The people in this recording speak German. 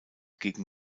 gegen